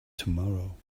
tomorrow